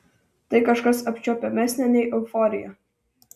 tai kažkas apčiuopiamesnio nei euforija